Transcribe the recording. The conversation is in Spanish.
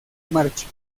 marcha